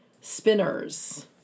spinners